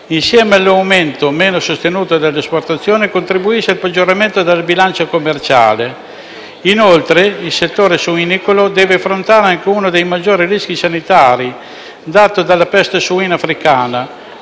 insieme all'aumento meno sostenuto delle esportazioni, contribuisce al peggioramento della bilancia commerciale. Inoltre, il settore suinicolo deve affrontare anche uno dei maggiori rischi sanitari dato dalla peste suina africana,